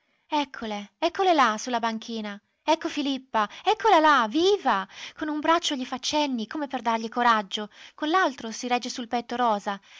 eccole eccole là su la banchina ecco filippa eccola là viva con un braccio gli fa cenni come per dargli coraggio con l'altro si regge sul petto rosa